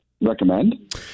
recommend